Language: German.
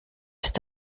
ist